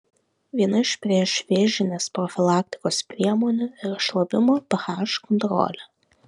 viena iš priešvėžinės profilaktikos priemonių yra šlapimo ph kontrolė